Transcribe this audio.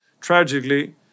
Tragically